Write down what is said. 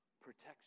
Protection